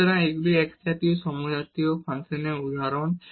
সুতরাং এগুলি একজাতীয় ফাংশনের উদাহরণ